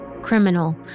criminal